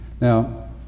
Now